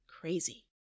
crazy